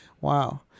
Wow